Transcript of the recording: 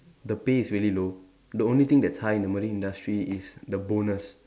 the pay is really low the only thing that's high in the industry is the bonus